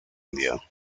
india